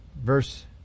verse